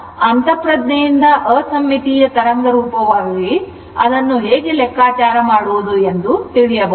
ಆದ್ದರಿಂದ ಅಂತಃಪ್ರಜ್ಞೆಯಿಂದ ಅಸಮ್ಮಿತೀಯ ತರಂಗರೂಪಕ್ಕಾಗಿ ಅದನ್ನು ಹೇಗೆ ಲೆಕ್ಕಾಚಾರ ಮಾಡುವುದು ಎಂದು ತಿಳಿಯಬಹುದು